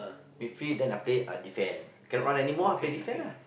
midfield then I play uh defend cannot run anymore ah play defend ah